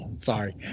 sorry